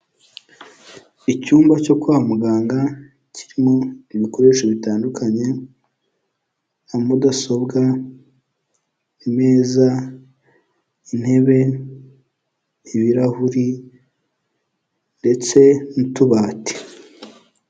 Icyumba cyo kwa muganga kirimo ibikoresho bitandukanye nka mudasobwa, imeza, intebe, ibirahuri ndetse n'utubati.